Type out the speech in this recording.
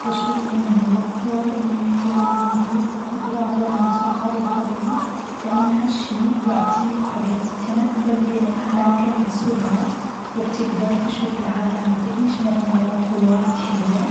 بشوف إنه من الأفضل إنه يكون عندي قدرة على الانتقال الفوري، لأن هالشيء بيعطيك حرية التنقل بين الأماكن بسرعة، وبتقدر تشوف العالم وتعيش مغامرات واجد حلوة،